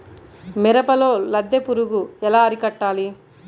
మిరపలో లద్దె పురుగు ఎలా అరికట్టాలి?